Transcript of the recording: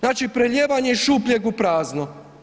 Znači prelijevanje iz šupljeg u prazno.